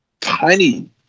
tiny